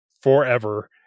forever